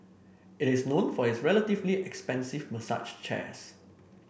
it is known for its relatively expensive massage chairs